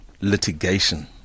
litigation